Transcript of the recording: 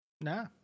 Nah